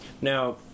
Now